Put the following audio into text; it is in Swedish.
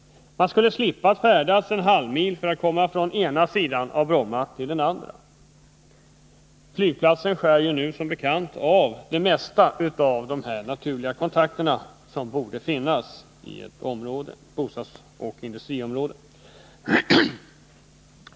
Man skulle slippa att färdas en halvmil för att komma från ena sidan av Bromma till den andra. Flygplatsen skär nu som bekant av det mesta av de naturliga kontakter som borde finnas i ett bostadsoch industriområde.